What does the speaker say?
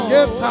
Yes